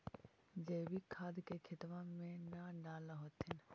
जैवीक खाद के खेतबा मे न डाल होथिं?